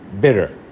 bitter